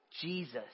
Jesus